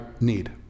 need